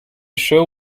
show